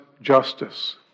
justice